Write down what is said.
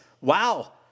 wow